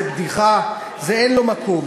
זה בדיחה, אין לזה מקום.